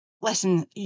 listen